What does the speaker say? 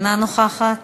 אינה נוכחת,